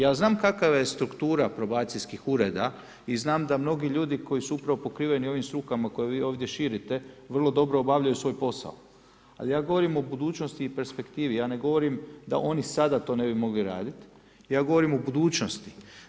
Ja znam kakva je struktura probacijskih ureda i znam da mnogi ljudi koji su upravo pokriveni ovim strukama koje vi ovdje širite vrlo dobro obavljaju svoj posao, ali ja govorim o budućnosti i perspektivi, ja ne govorim da oni sada to ne bi mogli raditi, ja govorim o budućnosti.